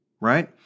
right